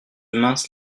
mince